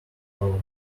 over